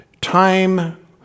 time